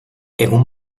egun